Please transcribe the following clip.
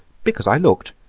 because i looked,